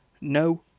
No